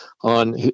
on